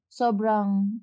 sobrang